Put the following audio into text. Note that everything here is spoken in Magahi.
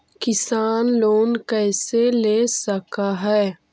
किसान लोन कैसे ले सक है?